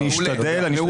אתה לא